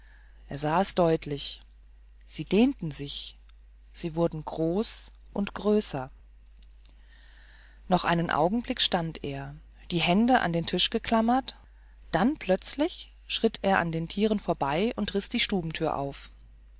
er sah es deutlich sie dehnten sich sie wurden groß und größer noch einen augenblick stand er die hände an den tisch geklammert dann plötzlich schritt er an den tieren vorbei und riß die stubentür auf